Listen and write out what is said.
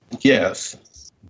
Yes